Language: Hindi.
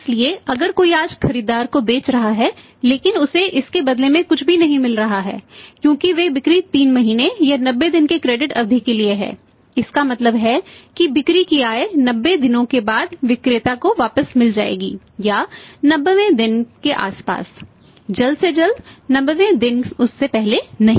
इसलिए अगर कोई आज खरीदार को बेच रहा है लेकिन उसे इसके बदले में कुछ भी नहीं मिल रहा है क्योंकि वे बिक्री 3 महीने या 90 दिनों की क्रेडिट अवधि के लिए हैं इसका मतलब है कि बिक्री की आय 90 दिनों के बाद विक्रेता को वापस मिल जाएगी या 90 वें दिन के आसपास जल्द से जल्द 90 वें दिन उससे पहले नहीं